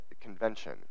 convention